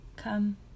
Come